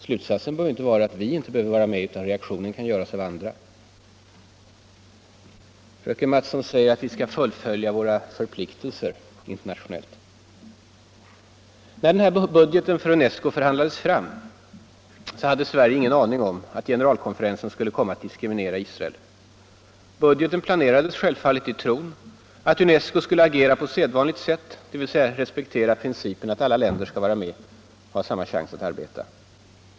Slutsatsen bör inte bli att vi inte behöver vara med därför att andra protesterar. Fröken Mattson säger att vi skall fullfölja våra internationella förpliktelser. När den här budgeten för UNESCO förhandlades fram hade Sverige ingen aning om att generalkonferensen skulle komma att diskriminera Israel. Budgeten planerades självfallet i tron att UNESCO skulle agera på sedvanligt sätt, dvs. respektera principen att alla länder skall vara med och ha samma chans att arbeta.